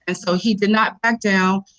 and so he did not back down.